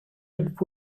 with